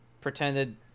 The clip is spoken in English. pretended